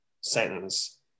sentence